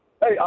Hey